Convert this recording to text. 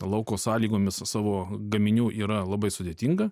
lauko sąlygomis savo gaminių yra labai sudėtinga